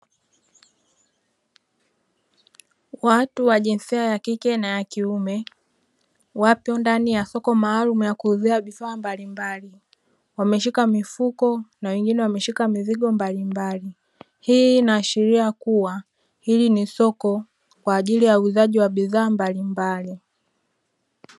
Watu wa jinsia ya kike na ya kiume wapo ndani ya soko maalumu la kuuzia vifaa mbalimbali wameshika mifuko, na wengine wameshika mizigo mbalimbali, hii ina ashiria kuwa hili ni soko kwa ajili ya uuzaji wa bidhaa mbalimbali.